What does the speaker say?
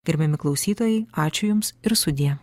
gerbiami klausytojai ačiū jums ir sudie